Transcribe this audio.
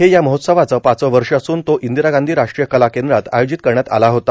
हे या महोत्सवाचे पाचवे वर्ष असून तो इंदिरा गांधी राष्ट्रीय कला केंद्रात आयोजित करण्यात आला होता